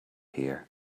here